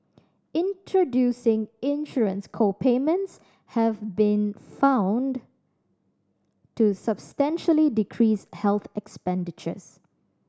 introducing insurance co payments have been found to substantially decrease health expenditures